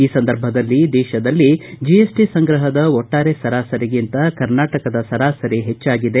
ಈ ಸಂದರ್ಭದಲ್ಲಿ ದೇಶದಲ್ಲಿ ಜಿಎಸ್ಟ ಸಂಗ್ರಹದ ಒಟ್ಟಾರೆ ಸರಾಸರಿಗಿಂತ ಕರ್ನಾಟಕದ ಸರಾಸರಿ ಹೆಚ್ಚಾಗಿದೆ